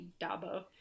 Dabo